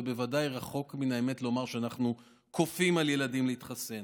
ובוודאי רחוק מהאמת לומר שאנחנו כופים על ילדים להתחסן.